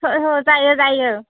हो हो जायो जायो